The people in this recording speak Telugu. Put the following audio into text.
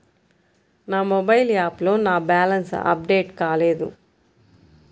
నా మొబైల్ యాప్లో నా బ్యాలెన్స్ అప్డేట్ కాలేదు